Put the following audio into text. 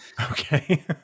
Okay